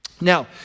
Now